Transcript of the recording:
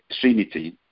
Trinity